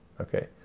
Okay